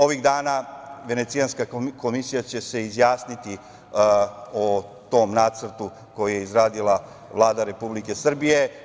Ovih dana Venecijanska komisija će se izjasniti o tom nacrtu koji je izradila Vlada Republike Srbije.